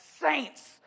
saints